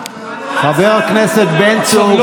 חבר הכנסת בן צור, שנייה.